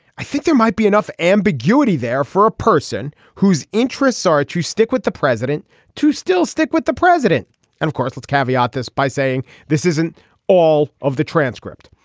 i think there might be enough ambiguity there for a person whose interests are to stick with the president to still stick with the president. and of course let's caveat this by saying this isn't all of the transcript.